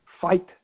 fight